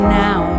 now